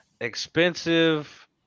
expensive